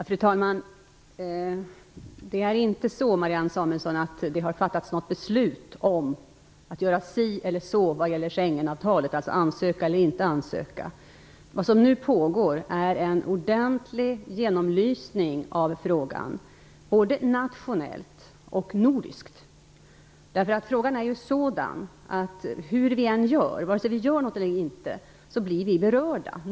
Fru talman! Det har inte fattats något beslut om hur man skall göra när det gäller Schengenavtalet, om man skall ansöka eller inte ansöka. Vad som nu pågår är en ordentlig genomlysning av frågan, både nationellt och nordiskt. Frågan är ju sådan att vare sig vi gör något eller inte blir vi berörda.